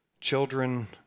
children